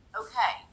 okay